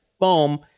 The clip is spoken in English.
boom